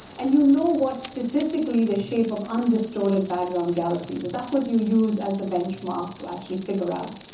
and you know what statistically the shape of undistorted background galaxies is, that's what you use as the benchmark to actually figure out.